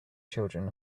children